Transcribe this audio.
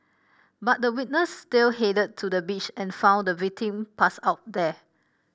but the witness still headed to the beach and found the victim passed out there